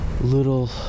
little